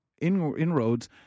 inroads